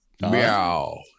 meow